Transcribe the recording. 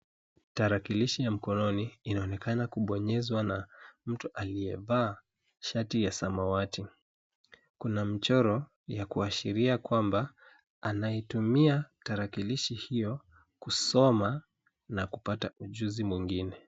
Tarakilishi ya mkononi hii inashikiliwa na mtu aliyevaa shati la samawati. Kuna mchoro unaoashiria kwamba anaitumia tarakilishi hiyo kusoma na kupata ujuzi mpya.